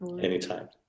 anytime